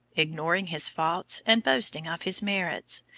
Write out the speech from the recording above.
ignoring his faults and boasting of his merits,